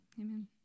Amen